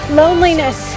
loneliness